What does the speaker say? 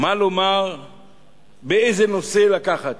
מה לומר ועל איזה נושא לדבר,